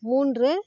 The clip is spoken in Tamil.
மூன்று